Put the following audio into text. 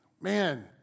Man